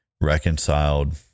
reconciled